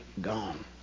gone